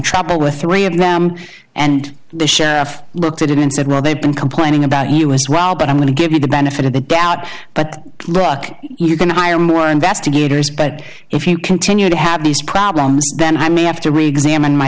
trouble with three of them and the sheriff looked at it and said well they've been complaining about you as well but i'm going to give you the benefit of the doubt but you're going to hire more investigators but if you continue to have these problems then i may have to re examine my